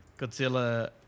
Godzilla